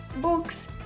books